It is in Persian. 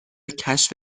کشف